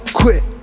quit